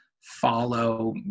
follow